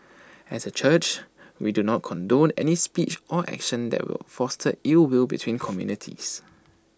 as A church we do not condone any speech or actions that will foster ill will between communities